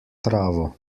travo